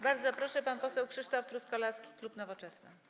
Bardzo proszę, pan poseł Krzysztof Truskolaski, klub Nowoczesna.